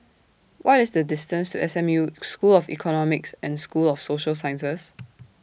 What IS The distance to S M U School of Economics and School of Social Sciences